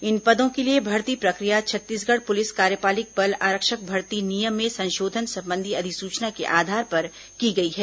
इन पदों के लिए भर्ती प्रक्रिया छत्तीसगढ़ पुलिस कार्यपालिक बल आरक्षक भर्ती नियम में संशोधन संबंधी अधिसूचना के आधार पर की गई है